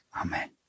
Amen